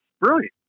brilliant